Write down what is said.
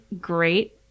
great